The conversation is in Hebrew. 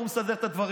עד עשר דקות.